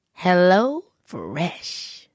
HelloFresh